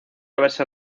haberse